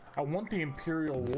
i want the um pure